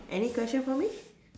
any question for me